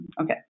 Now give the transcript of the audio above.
Okay